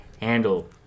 handle